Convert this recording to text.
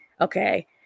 okay